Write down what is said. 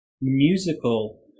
musical